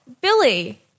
Billy